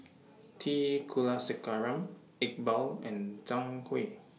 T Kulasekaram Iqbal and Zhang Hui